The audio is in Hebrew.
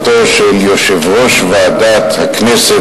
יושב-ראש ועדת החוקה,